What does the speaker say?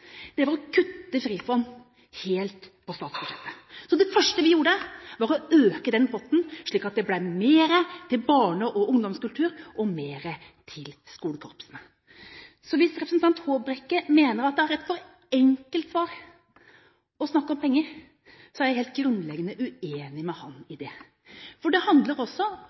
statsbudsjett, var å kutte Frifond helt. Det første vi gjorde, var å øke den potten, slik at det ble mer til barne- og ungdomskultur og mer til skolekorpsene. Hvis representanten Håbrekke mener at det å snakke om penger er et for enkelt svar, er jeg grunnleggende uenig med ham i det. Det handler også